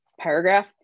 paragraph